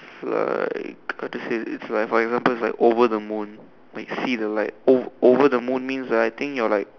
it's like how to say it's like for example it's like over the moon like see the light ov~ over the moon means like I think you're like